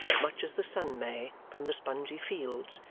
much as the sun may, from the spongey fields,